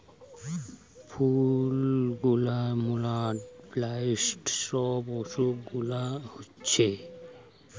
ফুল গুলার mould, blight সব অসুখ গুলা হচ্ছে